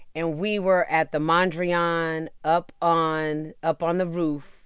and we were at the mondrian, up on up on the roof.